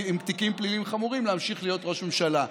תיקים פליליים חמורים להמשיך להיות ראש ממשלה.